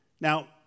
Now